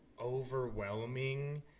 overwhelming